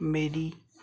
ਮੇਰੀ